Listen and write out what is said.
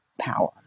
power